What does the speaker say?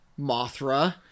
Mothra